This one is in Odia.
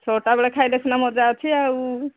ଛଅଟା ବେଳେ ଖାଇଲେ ସିନା ମଜା ଅଛି ଆଉ